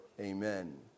Amen